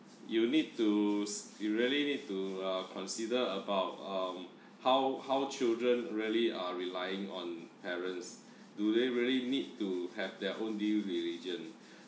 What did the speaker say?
you need to s~ you really need to uh consider about um how how children really are relying on parents do they really need to have their own due diligent